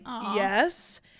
yes